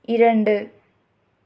இரண்டு